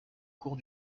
cours